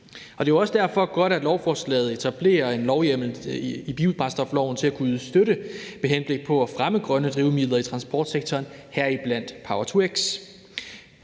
Det er jo også derfor godt, at lovforslaget etablerer en lovhjemmel i biobrændstofloven til at kunne yde støtte med henblik på at fremme grønne drivmidler i transportsektoren, heriblandt power-to-x.